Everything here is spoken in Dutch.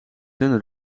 dunne